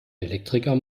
elektriker